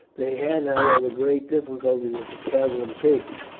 they had, however, great difficulty with the cattle and pigs,